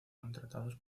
contratados